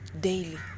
daily